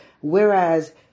Whereas